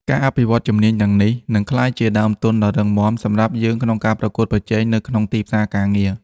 ការអភិវឌ្ឍជំនាញទាំងនេះ នឹងក្លាយជាដើមទុនដ៏រឹងមាំសម្រាប់យើងក្នុងការប្រកួតប្រជែងនៅក្នុងទីផ្សារការងារ។